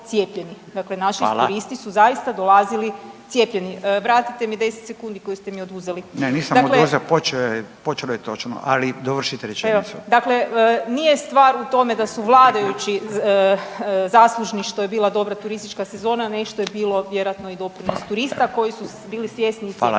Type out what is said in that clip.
Hvala./... su zaista dolazili cijepljeni. Vratite mi 10 sekundi koje ste mi oduzeli. Dakle .../Upadica: Ne, nisam oduzeo, počelo je točno, ali dovršite rečenicu./... Dakle, nije stvar u tome da su vladajući zaslužni što je bila dobra turistička sezona, nešto je bilo vjerojatno i doprinos turista koji su bili svjesni i cijepili